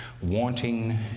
Wanting